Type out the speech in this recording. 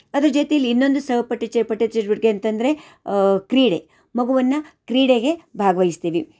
ಅದ್ರ ಜೊತೆಯಲ್ಲಿ ಇನ್ನೊಂದು ಸಹಪಾಠ ಚಟುವಟಿಕೆ ಅಂತ ಅಂದರೆ ಕ್ರೀಡೆ ಮಗುವನ್ನು ಕ್ರೀಡೆಗೆ ಭಾಗವಹಿಸ್ತೀವಿ